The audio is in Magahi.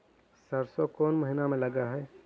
सरसों कोन महिना में लग है?